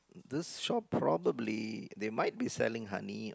this shop probably they might be selling honey